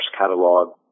catalog